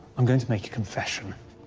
i'm going to make a confession.